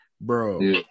bro